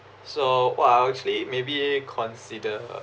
so well I actually maybe consider